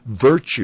virtue